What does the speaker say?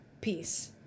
peace